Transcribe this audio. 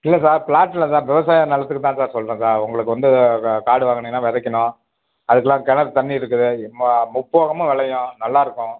இல்லை sir plot இல்லை sir விவசாய நிலத்துக்கு தான் சார் சொல்கிறேன் சார் உங்களுக்கு வந்து க காடு வாங்கினீங்கன்னா விதைக்கணும் அதுக்கெல்லாம் கிணர் தண்ணி இருக்குது ம முப்போகமும் விளையும் நல்லாயிருக்கும்